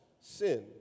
sin